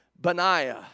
Benaiah